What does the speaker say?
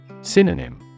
Synonym